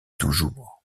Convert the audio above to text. toujours